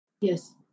Yes